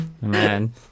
man